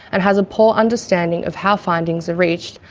and has a poor understanding of how findings are reached,